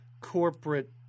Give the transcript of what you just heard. corporate